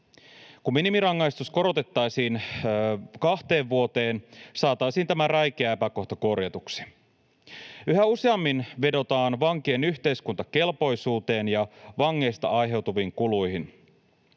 Kun minimirangaistus korotettaisiin kahteen vuoteen, saataisiin tämä räikeä epäkohta korjatuksi. Yhä useammin vedotaan vankien yhteiskuntakelpoisuuteen ja vangeista aiheutuviin kuluihin.